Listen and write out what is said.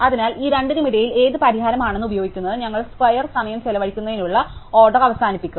അതിനാൽ ഈ രണ്ടിനുമിടയിൽ ഏത് പരിഹാരമാണ് ഞങ്ങൾ ഉപയോഗിക്കുന്നത് ഞങ്ങൾ സ്ക്വയർ സമയം ചെലവഴിക്കുന്നതിനുള്ള ഓർഡർ അവസാനിപ്പിക്കും